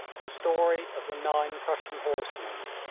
the story of the nine prussian horsemen